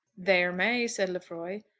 there may, said lefroy.